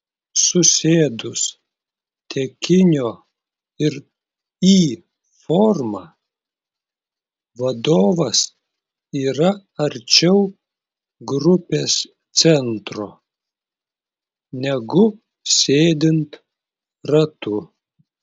susėdus tekinio ir y forma vadovas yra arčiau grupės centro negu sėdint ratu